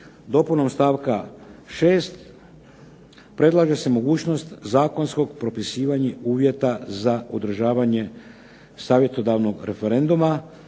Dopunom stavka 6. predlaže se mogućnost zakonskog propisivanja uvjeta za održavanje savjetodavnog referenduma.